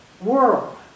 world